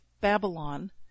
Babylon